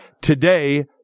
Today